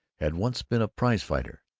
had once been a prize-fighter.